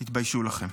תתביישו לכם.